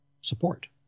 support